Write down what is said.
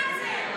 מה זה?